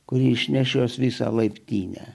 kuri išnešios visą laiptinę